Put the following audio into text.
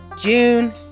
June